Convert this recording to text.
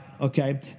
okay